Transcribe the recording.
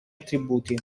attributi